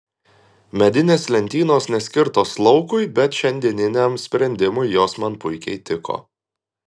medinės lentynos neskirtos laukui bet šiandieniniam sprendimui jos man puikiai tiko